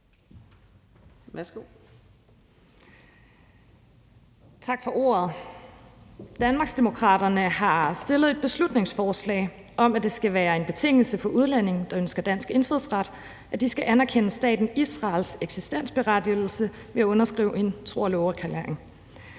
(LA): Tak for ordet. Danmarksdemokraterne har fremsat et beslutningsforslag om, at det skal være en betingelse for udlændinge, der ønsker dansk indfødsret, at de skal anerkende staten Israels eksistensberettigelse ved at underskrive en tro og love-erklæring.